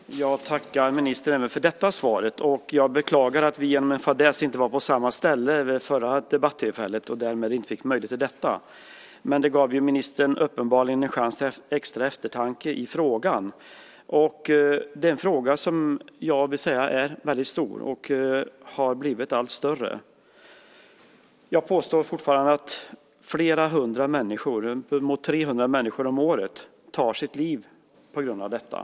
Fru talman! Jag tackar ministern även för det svaret och beklagar den fadäs som inträffade, men uppenbarligen gav det ministern en chans till extra eftertanke i frågan. Jag vill säga att denna fråga är mycket stor, och den har blivit allt större. Jag påstår fortfarande att flera hundra människor om året, uppemot 300 människor, tar sitt liv på grund av mobbning.